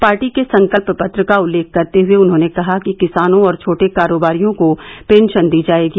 party के संकल्प पत्र का उल्लेख करते हुए उन्होंने कहा कि किसानों और छोटे कारोबारियों को पेंशन दी जाएगी